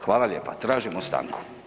Hvala lijepa, tražimo stanku.